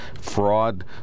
fraud